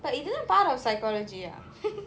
but isn't it part of psychology ah